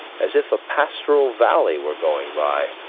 as if a pastoral valley were going by.